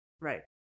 Right